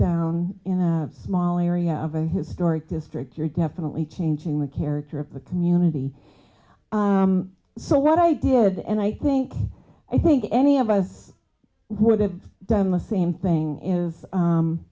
down in a small area of a historic district you're definitely changing the character of the community so what i did and i think i think any of us would have done the same thing is